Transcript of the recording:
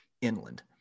inland